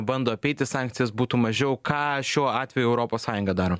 bando apeiti sankcijas būtų mažiau ką šiuo atveju europos sąjunga daro